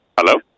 Hello